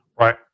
Right